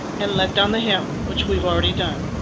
and let down the hem, which we've already done.